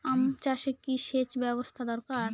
আম চাষে কি সেচ ব্যবস্থা দরকার?